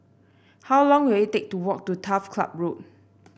how long will it take to walk to Turf Club Road